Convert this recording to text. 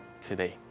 today